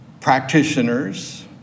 practitioners